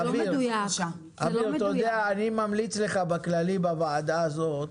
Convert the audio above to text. אני ממליץ לך בכללי בוועדה הזאת,